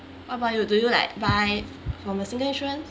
what about you do you like buy from a single insurance